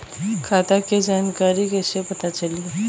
खाता के जानकारी कइसे पता चली?